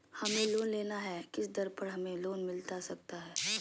हमें लोन लेना है किस दर पर हमें लोन मिलता सकता है?